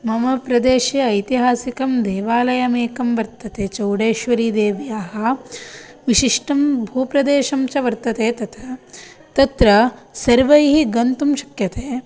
मम प्रदेशे ऐतिहासिकं देवालयमेकं वर्तते चौडेश्वरीदेव्याः विशिष्टं भूप्रदेशं च वर्तते तत् तत्र सर्वैः गन्तुं शक्यते